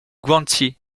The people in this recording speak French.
guangxi